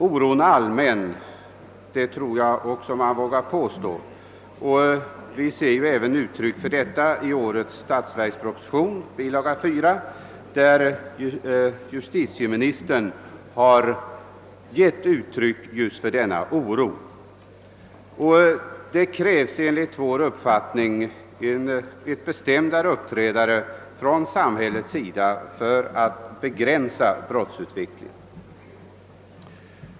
Oron är allmän — det tror jag också man vågar påstå — och vi ser uttryck för den även i årets statsverksproposition, bil. 4, där justitieministern har konstaterat just denna oro. Det krävs enligt min uppfattning ett bestämdare uppträdande från samhällets sida för att begränsa brottsutvecklingen.